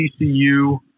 TCU